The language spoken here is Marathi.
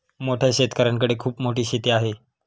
मोठ्या शेतकऱ्यांकडे खूप मोठी शेती आहे